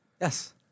Yes